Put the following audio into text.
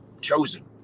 chosen